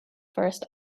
first